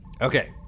Okay